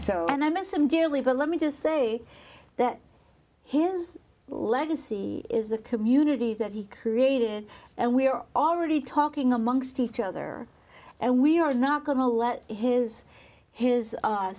so and i miss him dearly but let me just say that his legacy is a community that he created and we are already talking amongst each other and we are not going to let his his